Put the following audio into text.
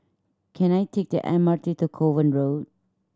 can I take the M R T to Kovan Road